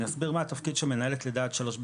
אני אסביר מה התפקיד של מנהלת לידה עד שלוש,